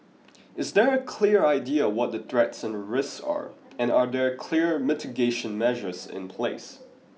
is there a clear idea what the threats and the risks are and are there clear mitigation measures in place